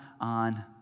on